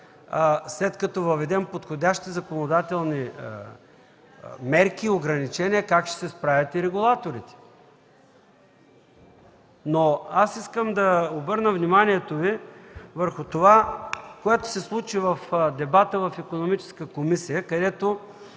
след като въведем подходящи законодателни мерки и ограничения, ще се справят регулаторите. Искам да обърна вниманието Ви върху това, което се случи в дебата в Икономическата комисия, където